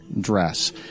dress